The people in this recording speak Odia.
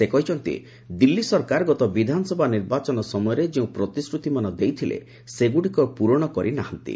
ସେ କହିଛନ୍ତି ଦିଲ୍ଲୀ ସରକାର ଗତ ବିଧାନସଭା ନିର୍ବାଚନ ସମୟରେ ଯେଉଁ ପ୍ରତିଶ୍ରତିମାନ ଦେଇଥିଲେ ସେଗୁଡ଼ିକର ପୂରଣ କରିନାହାନ୍ତି